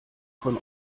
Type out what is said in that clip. von